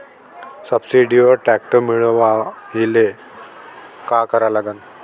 सबसिडीवर ट्रॅक्टर मिळवायले का करा लागन?